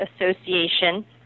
Association